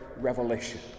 revelation